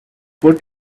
put